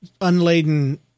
unladen